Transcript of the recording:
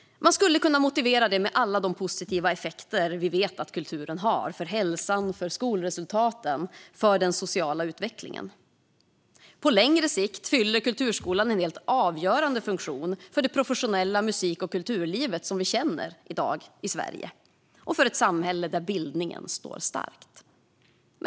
Man skulle kunna motivera det med alla de positiva effekter vi vet att kulturen har för hälsan, för skolresultaten och för den sociala utvecklingen. På längre sikt har kulturskolan en helt avgörande funktion för det professionella musik och kulturliv som vi i dag känner i Sverige och för ett samhälle där bildningen står stark.